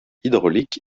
hydraulique